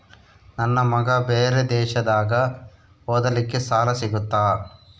ನನ್ನ ಮಗ ಬೇರೆ ದೇಶದಾಗ ಓದಲಿಕ್ಕೆ ಸಾಲ ಸಿಗುತ್ತಾ?